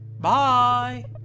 Bye